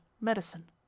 medicine